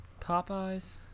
Popeyes